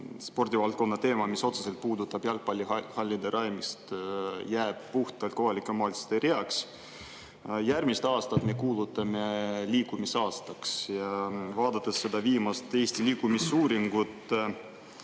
spordivaldkonna teema, mis otseselt puudutab jalgpallihallide rajamist, jääb puhtalt kohalike omavalitsuste reaks. Järgmise aasta me kuulutame liikumisaastaks. Vaadates seda viimast Eesti liikumisuuringut,